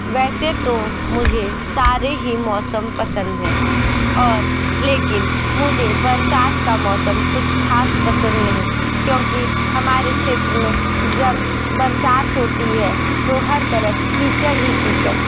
वैसे तो मुझे सारे ही मौसम पसंद है और लेकिन मुझे बरसात का मौसम कुछ खास पसंद नहीं क्योंकि हमारे क्षेत्र में जब बरसात होती है तो हर तरफ कीचड़ ही किचड़